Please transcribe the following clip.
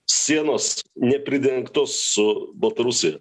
sienos nepridengtos su baltarusija